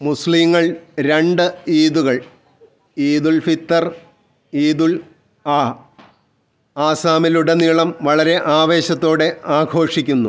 മുസ്ലീങ്ങൾ രണ്ട് ഈദുകൾ ഈദുൽ ഫിത്തർ ഈദുൽ അ ആസാമിലുടനീളം വളരെ ആവേശത്തോടെ ആഘോഷിക്കുന്നു